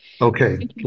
Okay